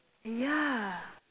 yeah